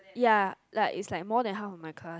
ya like is like more than half of my class